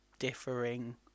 differing